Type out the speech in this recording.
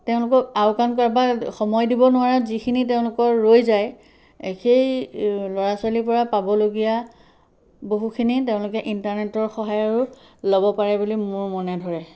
তেওঁলোকক আওকাণ কৰে বা সময় দিব নোৱাৰে যিখিনি তেওঁলোকৰ ৰৈ যায় সেই ল'ৰা ছোৱালীৰপৰা পাবলগীয়া বহুখিনি তেওঁলোকে ইণ্টাৰনেটৰ সহায়তো ল'ব পাৰে বুলি মোৰ মনে ধৰে